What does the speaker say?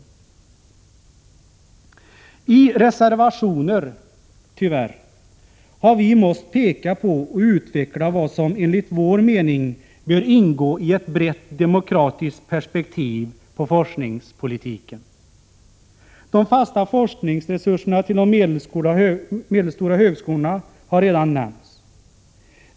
Tyvärr är det i reservationer som vi har varit tvungna att peka på och utveckla vad som enligt vår mening bör ingå i ett brett demokratiskt perspektiv på forskningspolitiken. De fasta forskningsresurserna till de medelstora högskolorna har redan nämnts.